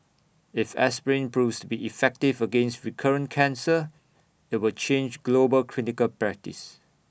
if aspirin proves be effective against recurrent cancer IT will change global clinical practice